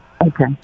Okay